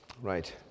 Right